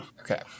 Okay